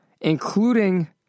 including